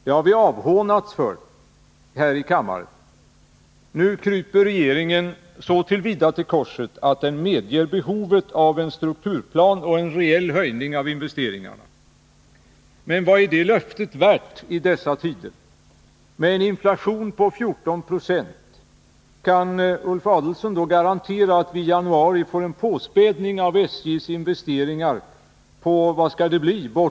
Det har vi avhånats för här i kammaren. Nu kryper regeringen så till vida till korset att den medger behovet av en strukturplan och en reell höjning av investeringarna. Men vad är det löftet värt i dessa tider? Med en inflation på 14 90 kan Ulf Adelsohn då garantera att vi i januari får en påspädning av SJ:s 117 investeringar på bortåt 20 76?